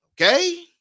Okay